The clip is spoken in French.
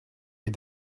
est